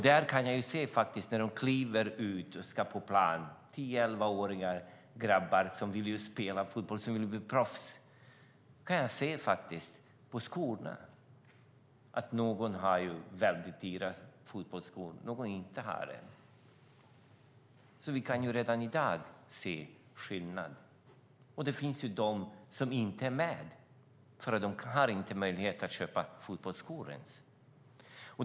Detta är tio och elvaåriga grabbar som vill spela fotboll och som vill bli proffs. När de kliver ut på plan kan jag se på skorna att någon har dyra fotbollsskor och att någon inte har det. Vi kan alltså redan i dag se skillnad. Och det finns de som inte är med eftersom de inte ens har möjlighet att köpa fotbollsskor.